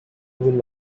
will